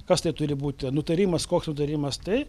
kas tai turi būt nutarimas koks nutarimas tai